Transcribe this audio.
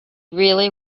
really